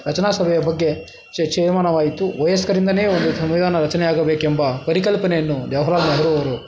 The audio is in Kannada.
ರಚನಾ ಸಭೆಯ ಬಗ್ಗೆ ಚೇರ್ಮಾನವಾಯಿತು ವಯಸ್ಕರಿಂದ ಒಂದು ಸಂವಿಧಾನ ರಚನೆಯಾಗಬೇಕೆಂಬ ಪರಿಕಲ್ಪನೆಯನ್ನು ಜವಹರಲಾಲ್ ನೆಹರೂ ಅವರು